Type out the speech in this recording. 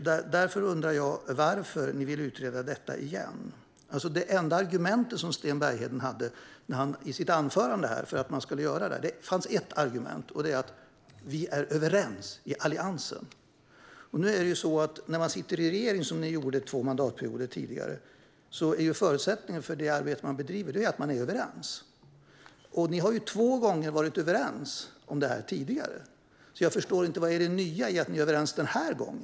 Därför undrar jag varför ni vill utreda detta igen. Det enda argument Sten Bergheden hade i sitt anförande var att Alliansen är överens. När man sitter i regering, vilket ni gjorde i två mandatperioder, är förutsättningen för det arbete man bedriver att man är överens. Ni har varit överens om detta två gånger tidigare, så jag förstår inte vad det nya är i att ni är överens denna gång.